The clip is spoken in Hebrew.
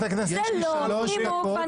זה לא נימוק.